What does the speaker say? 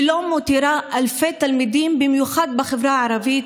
ולא מותירה אלפי תלמידים, במיוחד בחברה הערבית,